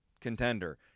contender